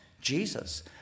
Jesus